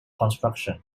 construction